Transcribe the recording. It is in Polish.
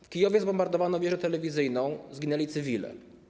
W Kijowie zbombardowano wieżę telewizyjną, zginęli cywile.